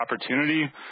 opportunity